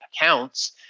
accounts